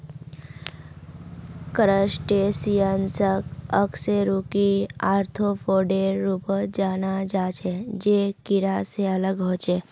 क्रस्टेशियंसक अकशेरुकी आर्थ्रोपोडेर रूपत जाना जा छे जे कीडा से अलग ह छे